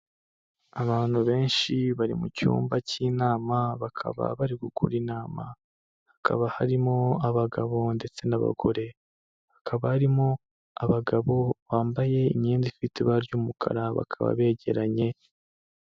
Abantu benshi bari mu cyumba cy'inama, bakaba bari gukora inama. Hakaba harimo abagabo ndetse n'abagore. Hakaba harimo abagabo bambaye imyenda ifite ibara ry'umukara bakaba begeranye...